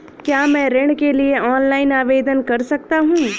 क्या मैं ऋण के लिए ऑनलाइन आवेदन कर सकता हूँ?